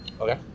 Okay